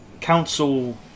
council